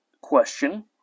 question